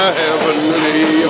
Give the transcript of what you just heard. heavenly